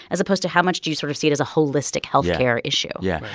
as opposed to, how much do you sort of see it as a holistic health care issue? yeah.